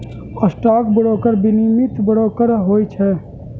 stock broker विनियमित broker होइ छइ